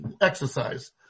exercise